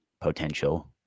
potential